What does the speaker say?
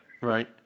Right